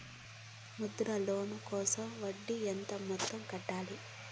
Mudra loan కోసం వడ్డీ ఎంత మొత్తం కట్టాలి